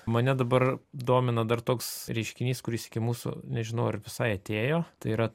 mane dabar domina dar toks reiškinys kuris iki mūsų nežinau ar visai atėjo tai yra